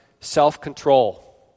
self-control